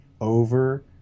over